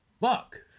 Fuck